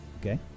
Okay